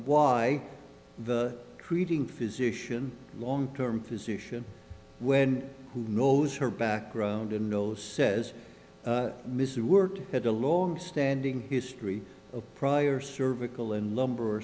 why the treating physician long term physician when who knows her background and knows says mr worked had a longstanding history of prior cervical and lumber